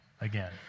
again